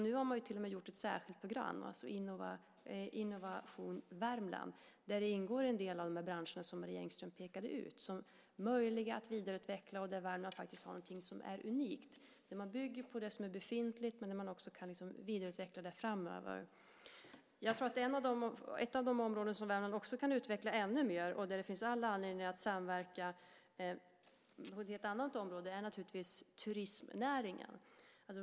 Nu har man ju till och med gjort ett särskilt program, Innovation Värmland, där en del av de branscher som Marie Engström pekade ut ingår som möjliga att vidareutveckla. Värmland har faktiskt också någonting som är unikt. Man bygger på det som är befintligt, men man kan också vidareutveckla det framöver. Ett annat av de områden som Värmland också kan utveckla ännu mer och där det finns all anledning att samverka är naturligtvis turistnäringen.